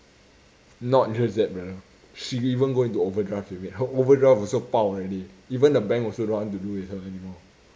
not just that brother she even go into overdraft limit her overdraft also 爆 already even the bank also don't want to do deal with her anymore